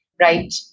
right